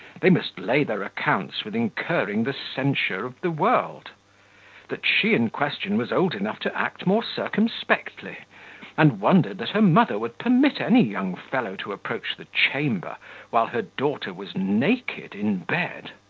they must lay their accounts with incurring the censure of the world that she in question was old enough to act more circumspectly and wondered that her mother would permit any young fellow to approach the chamber while her daughter was naked in bed.